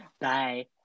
Bye